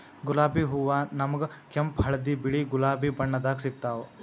ಗುಲಾಬಿ ಹೂವಾ ನಮ್ಗ್ ಕೆಂಪ್ ಹಳ್ದಿ ಬಿಳಿ ಗುಲಾಬಿ ಬಣ್ಣದಾಗ್ ಸಿಗ್ತಾವ್